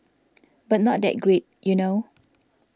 but not that great you know